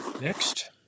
Next